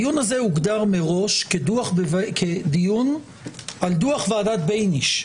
הדיון הזה הוגדר מראש כדיון על דוח ועדת בייניש.